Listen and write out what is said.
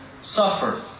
suffer